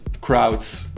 crowds